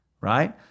right